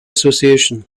association